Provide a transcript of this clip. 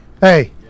Hey